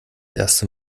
erste